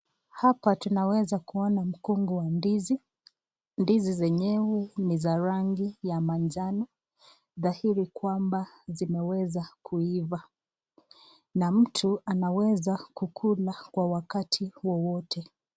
Hapa tunaweza kuona mgongo wa ndizi. Ndizi zenyewe ni za rangi ya manjano dhahiri kwamba zimeweza kuiva na mtu anaweza kukula kwa wakati wowote.